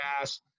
ass